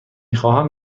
خواهم